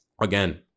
again